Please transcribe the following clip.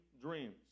dreams